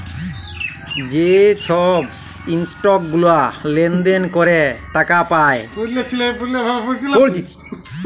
যে ছব ইসটক গুলা লেলদেল ক্যরে টাকা পায়